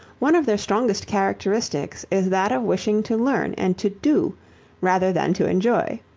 one of their strongest characteristics is that of wishing to learn and to do rather than to enjoy.